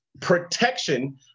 protection